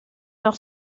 nach